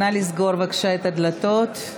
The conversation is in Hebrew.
המקרים של התאבדויות בבתי ספר,